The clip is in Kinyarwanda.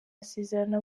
isezerano